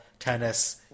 tennis